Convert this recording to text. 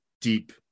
deep